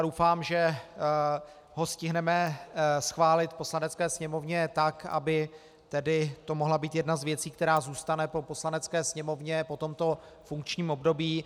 Doufám, že ho stihneme schválit v Poslanecké sněmovně tak, aby to mohla být jedna z věcí, která zůstane po Poslanecké sněmovně po tomto funkčním období.